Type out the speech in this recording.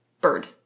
bird